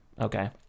okay